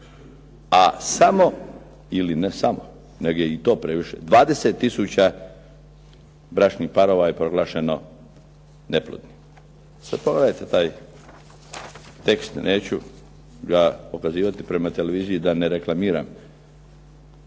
a samo ili ne samo nego je i to previše, 20 tisuća bračnih parova je proglašeno neplodnim. Pa pogledajte taj tekst, neću ja pokazivati prema televiziji da ne reklamiram